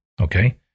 Okay